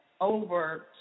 over